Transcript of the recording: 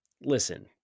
Listen